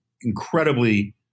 incredibly